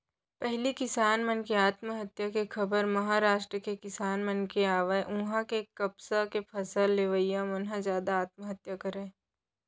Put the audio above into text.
पहिली किसान मन के आत्महत्या के खबर महारास्ट के किसान मन के आवय उहां के कपसा के फसल लेवइया मन ह जादा आत्महत्या करय